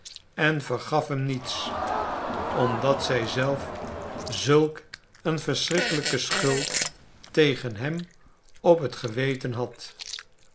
en vergaf hem niets omdat zij zelf zulk een verschrikkelijke schuld tegen hem op het geweten had